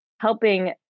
helping